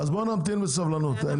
אז בוא נמתין בסבלנות.